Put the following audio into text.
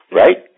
right